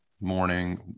morning